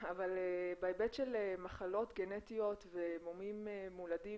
אבל בהיבט של מחלות גנטיות ומומים מולדים,